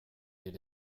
did